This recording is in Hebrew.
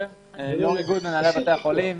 יו"ר איגוד מנהלי בתי החולים.